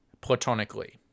platonically